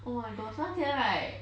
oh my gosh 那天 right